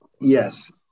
Yes